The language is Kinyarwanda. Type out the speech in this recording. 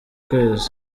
kwezi